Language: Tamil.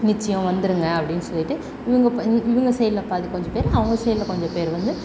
நிச்சயம் வந்துடுங்க அப்படின்னு சொல்லிவிட்டு இவங்க ப இந் இவங்க சைடில் பாதி கொஞ்சம் பேர் அவங்க சைடில் கொஞ்சம் பேர் வந்து